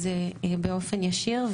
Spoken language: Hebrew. אז באופן ישיר,